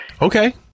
okay